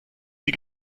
sie